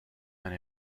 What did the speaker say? and